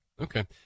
Okay